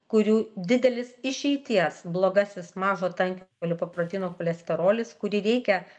kurių didelis išeities blogasis mažo tankio lipoproteinų cholesterolis kurį reikia